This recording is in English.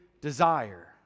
desire